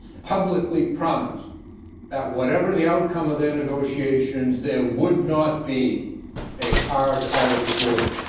publicly promised that whatever the outcome of their negotiations, there would not be a hard irish border,